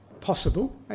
possible